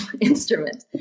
instrument